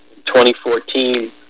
2014